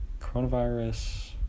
Coronavirus